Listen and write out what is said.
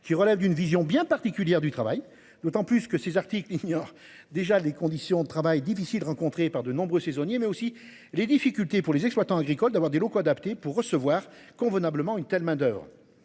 qui relève d'une vision bien particulière du travail d'autant plus que ces articles ignore déjà les conditions de travail difficiles, rencontrées par de nombreux saisonniers mais aussi les difficultés pour les exploitants agricoles d'avoir des locaux adaptés pour recevoir convenablement. Une telle main d'oeuvre